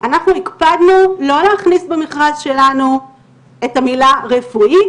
אנחנו הקפדנו לא להכניס במכרז שלנו את המילה רפואי,